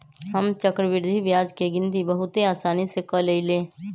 हम चक्रवृद्धि ब्याज के गिनति बहुते असानी से क लेईले